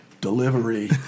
Delivery